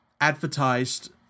advertised